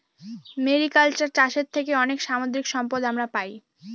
mariculture চাষের থেকে অনেক সামুদ্রিক সম্পদ আমরা পাই